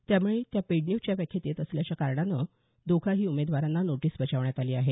त्यामुळे त्या पेडन्युजच्या व्याख्येत येत असल्याच्या कारणाने दोघाही उमेदवारांना नोटीस बजावण्यात आली आहे